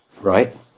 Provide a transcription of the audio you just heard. right